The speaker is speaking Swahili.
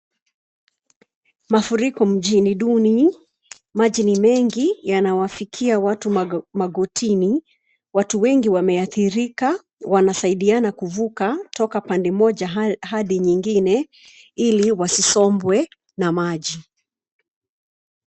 Mafuriko mjini duni maji ni mengi yanawafikia watu magotini. Watu wengi wameathirika wanasaidiana kuvuka toka pande moja hadi nyingine ili wasisombwe na maji.